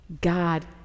God